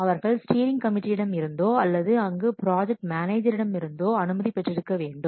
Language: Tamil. அவர்கள் ஸ்டீரிங் கமிட்டியிடம் இருந்தோ அல்லது அங்கு ப்ராஜெக்ட் மேனேஜரிடம் இருந்தோ அனுமதி பெற்றிருக்க வேண்டும்